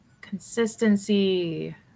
Consistency